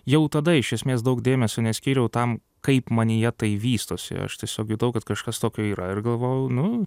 jau tada iš esmės daug dėmesio neskyriau tam kaip manyje tai vystosi aš tiesiog jutau kad kažkas tokio yra ir galvojau nu